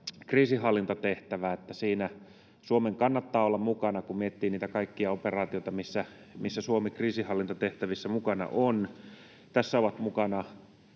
kriisinhallintatehtävä, että siinä Suomen kannattaa olla mukana, kun miettii niitä kaikkia operaatioita, missä Suomi on kriisinhallintatehtävissä mukana. Tässä ovat mukana